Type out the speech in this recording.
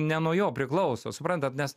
ne nuo jo priklauso suprantat nes